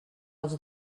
els